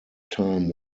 time